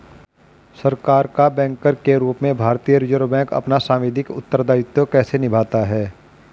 सरकार का बैंकर के रूप में भारतीय रिज़र्व बैंक अपना सांविधिक उत्तरदायित्व कैसे निभाता है?